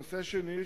הנושא השני,